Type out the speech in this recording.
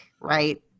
right